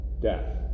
death